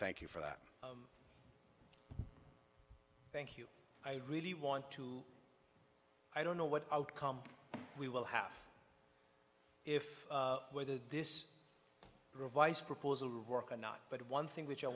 thank you for that thank you i really want to i don't know what outcome we will have if whether this revised proposal work or not but one thing which i